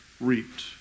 reaped